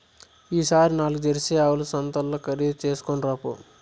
ఈ తూరి నాల్గు జెర్సీ ఆవుల సంతల్ల ఖరీదు చేస్కొని రాపో